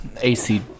AC